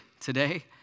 today